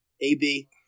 AB